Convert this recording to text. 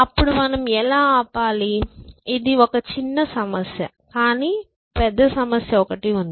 అప్పుడు మనం ఎలా ఆపాలి ఇది ఒక చిన్న సమస్య కానీ పెద్ద సమస్య ఉంది